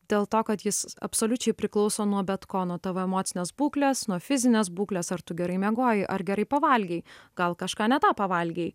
dėl to kad jis absoliučiai priklauso nuo bet ko nuo tavo emocinės būklės nuo fizinės būklės ar tu gerai miegojai ar gerai pavalgei gal kažką ne tą pavalgei